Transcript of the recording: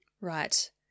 Right